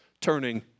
turning